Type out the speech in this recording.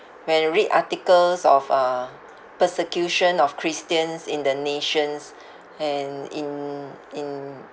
when I read articles of uh persecution of christians in the nations and in in